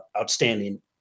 outstanding